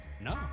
No